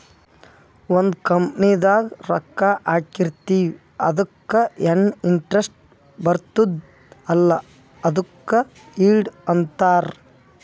ಒಂದ್ ಕಂಪನಿದಾಗ್ ರೊಕ್ಕಾ ಹಾಕಿರ್ತಿವ್ ಅದುಕ್ಕ ಎನ್ ಇಂಟ್ರೆಸ್ಟ್ ಬರ್ತುದ್ ಅಲ್ಲಾ ಅದುಕ್ ಈಲ್ಡ್ ಅಂತಾರ್